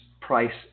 price